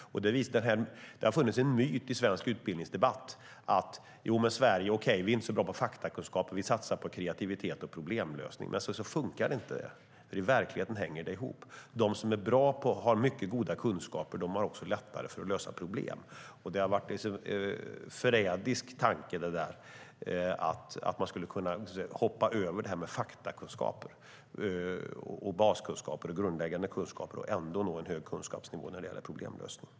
Det har funnits en myt i svensk utbildningsdebatt om att Sverige inte är så bra på faktakunskaper men att vi satsar på kreativitet och problemlösning. Så funkar det inte. I verkligheten hänger det ihop. De som är bra på och har mycket goda kunskaper har också lättare för att lösa problem. Det har varit en förrädisk tanke att man ska kunna hoppa över faktakunskaper och baskunskaper - grundläggande kunskaper - och ändå nå en hög kunskapsnivå när det gäller problemlösning.